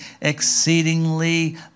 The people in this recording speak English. exceedingly